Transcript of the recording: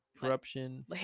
corruption